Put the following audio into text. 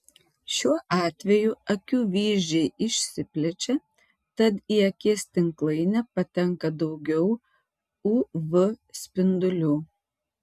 šiuo atveju akių vyzdžiai išsiplečia tad į akies tinklainę patenka daugiau uv spindulių